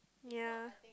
ya